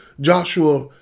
Joshua